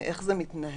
ואיך זה מתנהל.